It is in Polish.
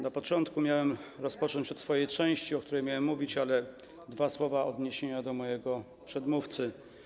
Na początku miałem rozpocząć od swojej części, o której miałem mówić, ale dwa słowa odniesienia do mojego przedmówcy.